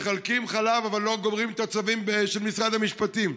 מחלקים חלב אבל לא גומרים את הצווים של משרד המשפטים.